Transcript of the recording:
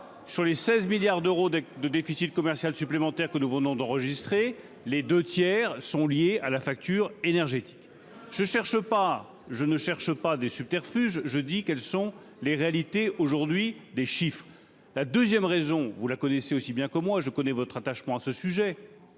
sur les 16 milliards d'euros de déficit commercial supplémentaire que nous venons d'enregistrer les 2 tiers sont liés à la facture énergétique, je cherche pas, je ne cherche pas des subterfuges, je dis : quelles sont les réalités aujourd'hui des chiffres, la 2ème raison, vous la connaissez aussi bien que moi, je connais votre attachement à ce sujet,